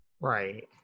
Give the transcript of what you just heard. Right